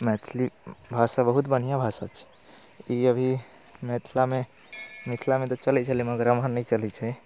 मैथिली भाषा बहुत बढ़िआँ भाषा छै ई अभी मिथिलामे मिथिलामे तऽ चलैत छलै मगर एम्हर नहि चलैत छै